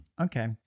Okay